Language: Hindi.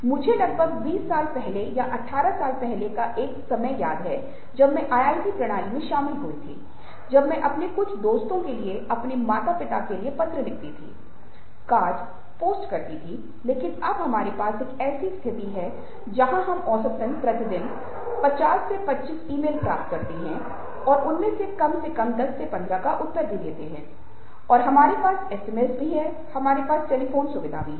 मुझे लगभग 20 साल पहले या 18 साल पहले का एक समय याद है जब मैं आईआईटी प्रणाली में शामिल हुआ था जब मैं अपने कुछ दोस्तों के लिए अपने माता पिता के लिए पत्र लिखता था कार्ड पोस्ट करता था लकीन अब हमारे पास एक ऐसी स्थिति है जहां हम औसतन प्रतिदिन कम से कम 50 से 25 ईमेल प्राप्त करते हैं और उनमें से कम से कम दस से पंद्रह उत्तर देते हैं और हमारे पास एसएमएस होते हैं हमारे पास टेलीफोन होते हैं